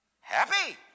Happy